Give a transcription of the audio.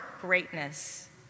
greatness